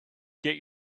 get